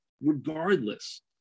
regardless